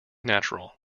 natural